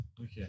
Okay